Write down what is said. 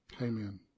amen